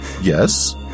Yes